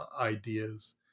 ideas